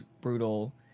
brutal